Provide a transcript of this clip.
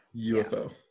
ufo